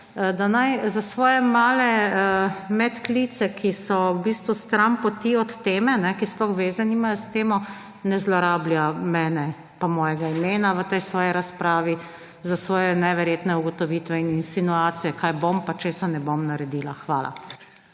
da naj svoje male medklice, ki so v bistvu stranpoti od teme, ki sploh veze nimajo s temo, ne zlorablja mene in mojega imena v tej svoji razpravi za svoje neverjetne ugotovitve in insinuacije, kaj bom in česa ne bom naredila. Hvala.